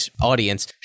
audience